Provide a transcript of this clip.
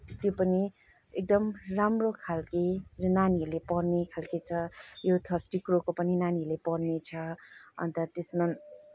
त्यो पनि एकदम राम्रो खालके नानीहरूले पढ्ने खालके छ यो थर्स्टी क्रोको पनि नानीहरूले पढ्ने छ अन्त त्यसमा